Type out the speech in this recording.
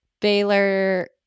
Baylor